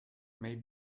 may